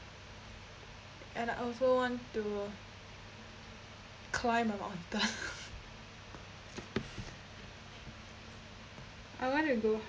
and I also want to climb a mountain I want to go